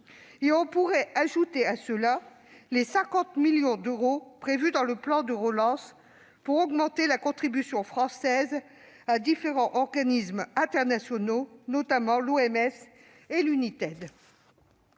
%. On peut y ajouter les 50 millions d'euros prévus dans le plan de relance pour augmenter la contribution française à différents organismes internationaux, notamment à l'Organisation